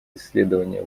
исследование